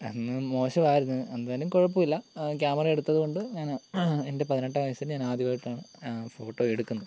അന്ന് മോശമായിരുന്നു എന്നാലും കുഴപ്പം ഇല്ല ക്യാമറ എടുത്തതുകൊണ്ട് ഞാൻ എന്റെ പതിനെട്ടാം വയസ്സിൽ ഞാനാദ്യമായിട്ടാണ് ഫോട്ടോ എടുക്കുന്നത്